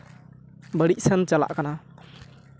ᱵᱟᱹᱲᱤᱡ ᱥᱮᱱ ᱪᱟᱞᱟᱜ ᱠᱟᱱᱟ